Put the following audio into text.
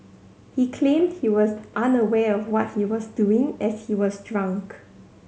he claimed he was unaware of what he was doing as he was drunk